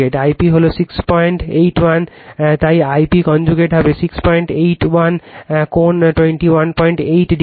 I p হল 681 তাই I p conjugate হবে 681 কোণ 218 o